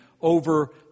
over